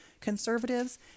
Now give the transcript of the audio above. conservatives